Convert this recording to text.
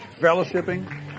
fellowshipping